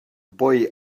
boy